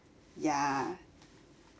ya